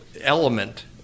element